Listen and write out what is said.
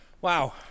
Wow